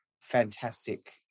fantastic